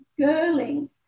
girling